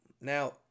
Now